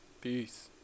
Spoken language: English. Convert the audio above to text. Peace